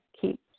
keep